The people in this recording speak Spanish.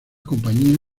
compañías